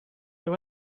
they